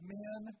men